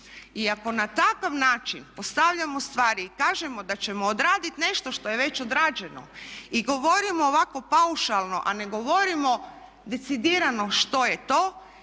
I ako na takav način postavljamo stvari i kažemo da ćemo odraditi nešto što je već odrađeno i govorimo ovako paušalno a ne govorimo decidirano što je to